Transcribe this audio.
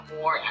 more